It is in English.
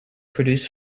produced